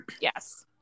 yes